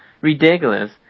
ridiculous